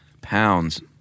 pounds